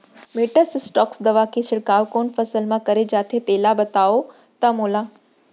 Metasystox दवा के छिड़काव कोन फसल म करे जाथे तेला बताओ त मोला?